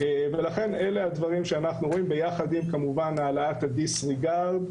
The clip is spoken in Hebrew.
אלה הדברים שאנחנו רואים כמובן ביחד עם העלאת ה-disregard,